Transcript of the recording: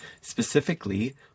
specifically